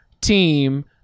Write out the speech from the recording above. team